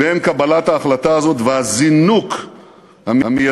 בין קבלת ההחלטה הזאת והזינוק המיידי,